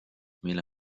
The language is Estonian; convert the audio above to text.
mille